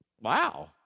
Wow